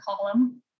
column